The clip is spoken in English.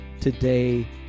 today